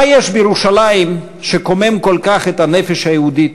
מה יש בירושלים שקומם כל כך את הנפש היהודית,